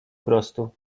prostu